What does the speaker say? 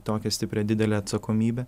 tokią stiprią didelę atsakomybę